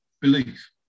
belief